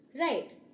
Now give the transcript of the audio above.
Right